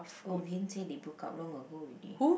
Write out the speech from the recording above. oh Vin say they broke up long ago already